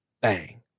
bang